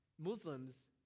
Muslims